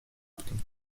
بودیم